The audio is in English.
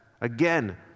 Again